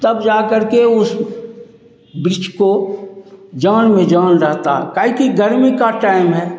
तब जाकर के उस बृछ को जान में जान रहता है काए कि गर्मी का टाइम है